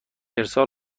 ارسال